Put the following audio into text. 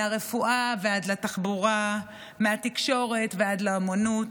מהרפואה ועד לתחבורה, מהתקשורת ועד לאומנות.